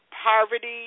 Poverty